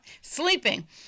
sleeping